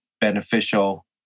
beneficial